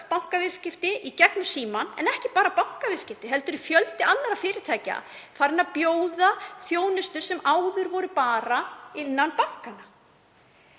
bankaviðskipti í gegnum síma, en ekki bara bankaviðskipti heldur er fjöldi annarra fyrirtækja farinn að bjóða þjónustu sem áður var bara innan bankanna.